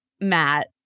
Matt